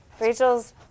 Rachel's